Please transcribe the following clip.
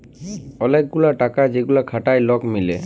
ওলেক গুলা টাকা যেগুলা খাটায় লক মিলে